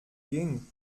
ging